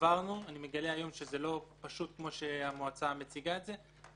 אני מגלה היום שזה לא פשוט כמו שהמועצה מציגה את זה,